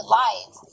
life